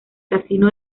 casino